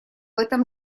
этом